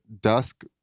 dusk